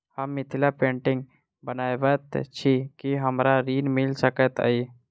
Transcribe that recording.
हम मिथिला पेंटिग बनाबैत छी की हमरा ऋण मिल सकैत अई?